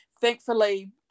Thankfully